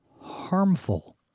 harmful